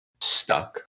stuck